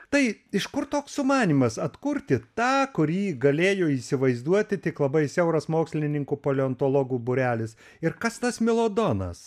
tai iš kur toks sumanymas atkurti tą kurį galėjo įsivaizduoti tik labai siauras mokslininkų paleontologų būrelis ir kas tas melodonas